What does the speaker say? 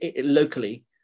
locally